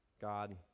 God